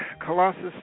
Colossus